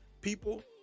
people